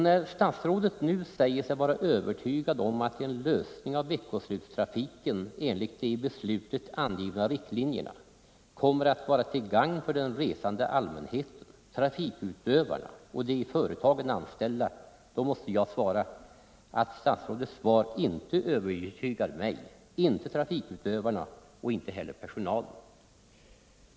När statsrådet nu säger sig vara övertygad om att en lösning av veckoslutstrafiken enligt de i beslutet angivna riktlinjerna kommer att vara till gagn för den resande allmänheten, trafikutövarna och de i företagen anställda, så måste jag konstatera att statsrådets svar inte övertygar mig, inte trafikutövarna och inte heller personalen.